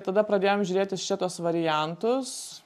tada pradėjom žiūrėtis čia tuos variantus